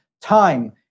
Time